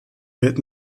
wird